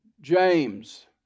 James